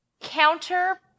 counter